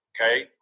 okay